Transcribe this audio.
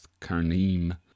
Karnim